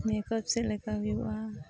ᱪᱮᱫ ᱞᱮᱠᱟ ᱦᱩᱭᱩᱜᱼᱟ